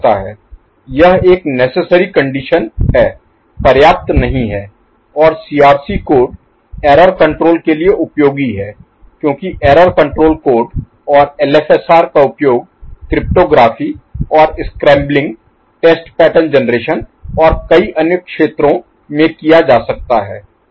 यह एक necessary condition Necessary Conditionआवश्यक शर्त है पर्याप्त नहीं है और सीआरसी कोड एरर कण्ट्रोल के लिए उपयोगी है क्योंकि एरर कण्ट्रोल कोड और LFSR का उपयोग क्रिप्टोग्राफी और स्क्रैम्ब्लिंग टेस्ट पैटर्न जनरेशन और कई अन्य क्षेत्रों में किया जा सकता है